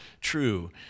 true